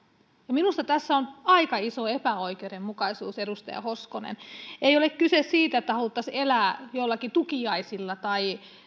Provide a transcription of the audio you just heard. minusta tässä on aika iso epäoikeudenmukaisuus edustaja hoskonen ei ole kyse siitä että haluttaisiin elää joillakin tukiaisilla tai